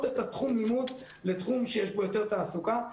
את תחום הלימוד לתחום שיש בו יותר תעסוקה.